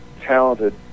Talented